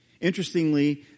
Interestingly